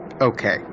okay